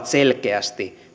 selkeästi